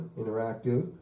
interactive